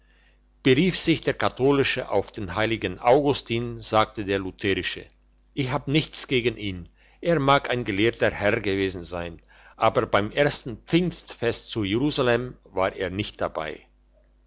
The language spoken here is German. berief sich der katholische auf den heiligen augustin sagte der lutherische ich hab nichts gegen ihn er mag ein gelehrter herr gewesen sein aber beim ersten pfingstfest zu jerusalem war er nicht dabei